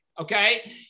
Okay